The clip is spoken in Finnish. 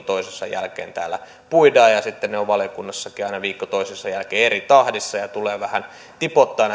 toisensa jälkeen täällä puidaan ja sitten ne ovat valiokunnassakin aina viikko toisensa jälkeen eri tahdissa näitä ratkaisuja tulee vähän tipoittain